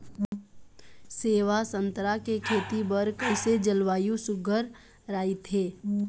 सेवा संतरा के खेती बर कइसे जलवायु सुघ्घर राईथे?